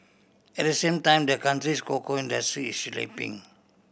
at the same time the country's cocoa industry is slipping